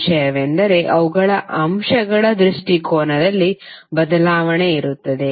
ವಿಷಯವೆಂದರೆ ಅವುಗಳ ಅಂಶಗಳ ದೃಷ್ಟಿಕೋನದಲ್ಲಿ ಬದಲಾವಣೆ ಇರುತ್ತದೆ